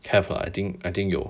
have lah I think I think 有